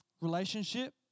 relationship